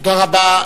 תודה רבה.